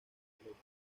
completa